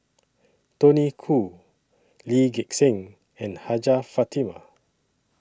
Tony Khoo Lee Gek Seng and Hajjah Fatimah